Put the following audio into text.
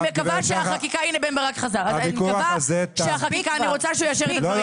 הנה בן ברק חזר, אני רוצה שהוא יאשר את הדברים.